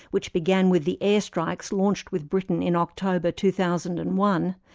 which began with the air strikes launched with britain in october, two thousand and one.